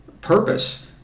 purpose